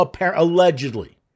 allegedly